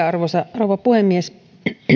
arvoisa rouva puhemies